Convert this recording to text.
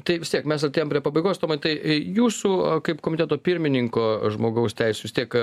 tai vis tiek mes artėjam prie pabaigos tomai tai jūsų kaip komiteto pirmininko žmogaus teisių vis tiek